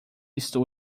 estou